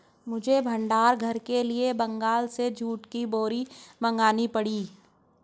मुझे भंडार घर के लिए बंगाल से जूट की बोरी मंगानी पड़ी